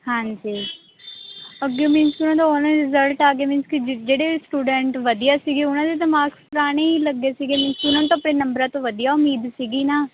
ਹਾਂਜੀ ਅੱਗੇ ਮੀਨਜ਼ ਕਿ ਉਹਨਾਂ ਦਾ ਉਹਨੇ ਰਿਜ਼ਲਟ ਆ ਗਏ ਮੀਨਜ਼ ਕਿ ਜਿ ਜਿਹੜੇ ਸਟੂਡੈਂਟ ਵਧੀਆ ਸੀਗੇ ਉਹਨਾਂ ਦੇ ਤਾਂ ਮਾਰਕਸ ਪੁਰਾਣੇ ਹੀ ਲੱਗੇ ਸੀਗੇ ਮੀਨਜ਼ ਕਿ ਉਹਨਾਂ ਨੂੰ ਤਾਂ ਆਪਣੇ ਨੰਬਰਾਂ ਤੋਂ ਵਧੀਆ ਉਮੀਦ ਸੀਗੀ ਨਾ